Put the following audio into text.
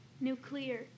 Nuclear